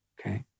okay